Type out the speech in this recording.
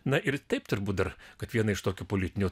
na ir taip turbūt dar kad viena iš tokių politinių